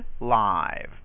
live